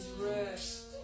rest